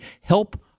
help